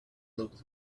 looked